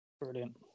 Brilliant